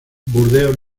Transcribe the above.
burdeos